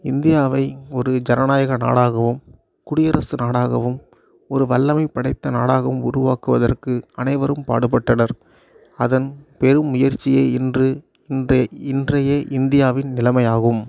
இந்தியாவை ஒரு ஜனநாயக நாடாகவும் குடியரசு நாடாகவும் ஒரு வல்லமை படைத்த நாடாகவும் உருவாக்குவதற்கு அனைவரும் பாடுபட்டனர் அதன் பெரும் முயற்சியை இன்று இன்றே இன்றைய இந்தியாவின் நிலைமையாகும்